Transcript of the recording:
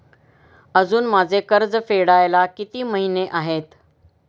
अजुन माझे कर्ज फेडायला किती महिने आहेत?